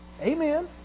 Amen